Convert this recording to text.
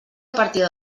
partida